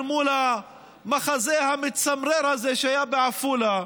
אל מול המחזה המצמרר הזה שהיה בעפולה,